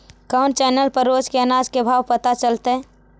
कोन चैनल पर रोज के अनाज के भाव पता चलतै?